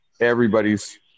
everybody's